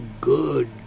good